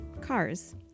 cars